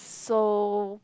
so